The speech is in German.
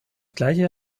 gleiche